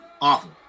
awful